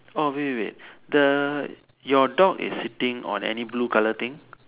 oh wait wait wait the your dog is sitting on any blue color thing